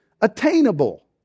attainable